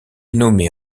nommée